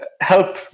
help